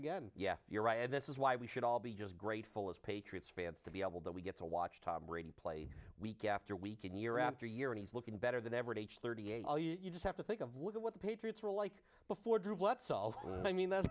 again yeah you're right and this is why we should all be just grateful as patriots fans to be able that we get to watch tom brady play week after week and year after year and he's looking better than average age thirty eight all you just have to think of look at what the patriots were like before drew what solved i mean that's